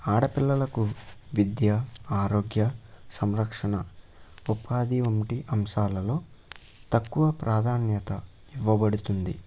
ఆడపిల్లలకు విద్య ఆరోగ్య సంరక్షణ ఉపాధి వంటి అంశాలలో తక్కువ ప్రాధాన్యత ఇవ్వబడుతుంది